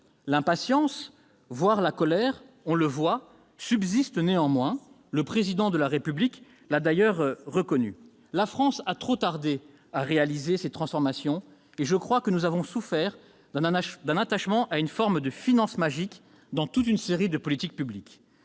L'impatience, voire la colère, on le voit, subsiste néanmoins. Le Président de la République l'a d'ailleurs reconnu. La France a trop tardé à réaliser ces transformations. Nous avons, me semble-t-il, souffert d'un attachement à une forme de « finances magiques » dans toute une série de politiques publiques.